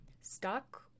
stuck